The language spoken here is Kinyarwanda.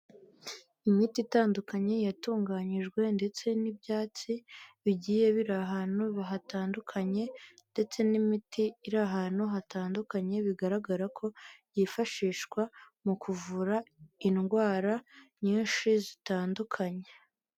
Imiti itandukanye yatunganyijwe ndetse n'ibyatsi bigiye biri ahantu hatandukanye ndetse n'imiti iri ahantu hatandukanye, bigaragara ko yifashishwa mu kuvura indwara nyinshi zitandukanye.